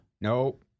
Nope